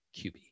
QB